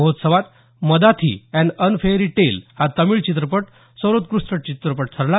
महोत्सवात Madathy an unfairy tale हा तामिळ चित्रपट सर्वोत्कृष्ट चित्रपट ठरला